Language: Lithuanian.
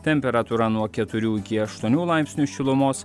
temperatūra nuo keturių iki aštuonių laipsnių šilumos